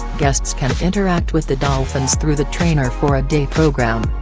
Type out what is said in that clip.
guests can interact with the dolphins through the trainer for a day program,